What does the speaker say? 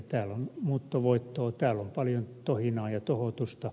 täällä on muuttovoittoa täällä on paljon tohinaa ja tohotusta